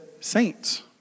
saints